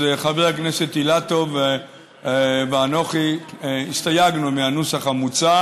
אז חבר הכנסת אילטוב ואנוכי הסתייגנו מהנוסח המוצע